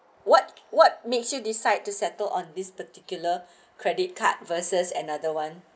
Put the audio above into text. what what makes you decide to settle on this particular credit card versus another one